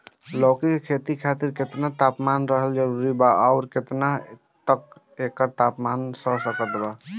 लौकी के खेती खातिर केतना तापमान रहल जरूरी बा आउर केतना तक एकर तापमान सह सकत बा?